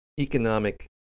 economic